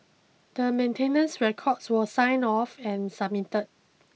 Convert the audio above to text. the maintenance records were signed off and submitted